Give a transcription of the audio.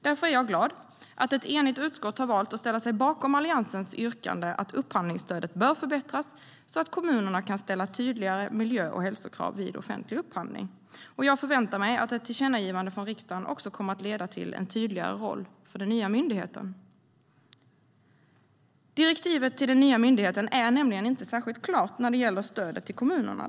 Därför är jag glad över att ett enigt utskott har valt att ställa sig bakom Alliansens yrkande om att upphandlingsstödet bör förbättras, så att kommunerna kan ställa tydligare miljö och hälsokrav vid offentlig upphandling. Jag förväntar mig att ett tillkännagivande från riksdagen också kommer att leda till en tydligare roll för den nya myndigheten. Direktivet till den nya myndigheten är nämligen inte särskilt klart när det gäller stödet till kommunerna.